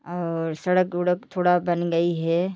और सड़क वड़क थोड़ा बन गई है